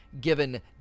given